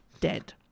dead